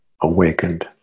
awakened